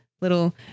little